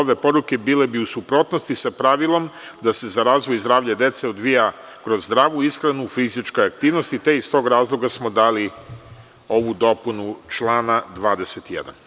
Ove poruke bile bi u suprotnosti sa pravilom da se razvoj i zdravlje dece odvija kroz zdravu ishranu, fizičke aktivnosti, te iz tog razloga smo dali ovu dopunu člana 21.